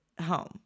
home